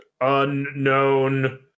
Unknown